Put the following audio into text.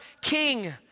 king